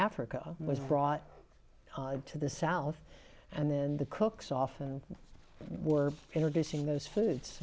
africa was brought to the south and then the cooks often were introducing those foods